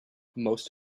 most